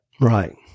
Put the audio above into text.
Right